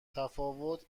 تفاوت